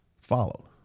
follow